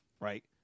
right